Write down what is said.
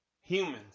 humans